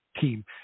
team